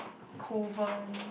Kovan